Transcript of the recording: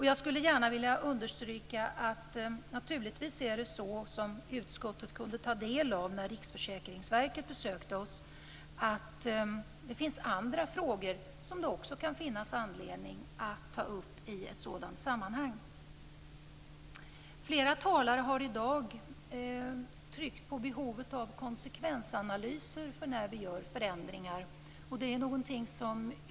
Jag skulle gärna vilja understryka att det naturligtvis är så som utskottet kunde ta del av när Riksförsäkringsverket besökte oss, alltså att det finns andra frågor som det också kan finnas anledning att ta upp i ett sådant sammanhang. Flera talare har i dag tryckt på behovet av konsekvensanalyser när vi gör förändringar.